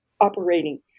operating